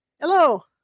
Hello